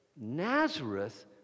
Nazareth